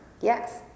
Yes